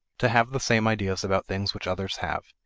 to have the same ideas about things which others have,